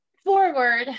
Forward